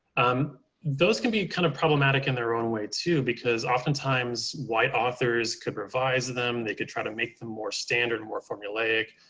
um those can be kind of problematic in their own way too, because oftentimes, white authors could revise them, they could try to make them more standard, more formulaic.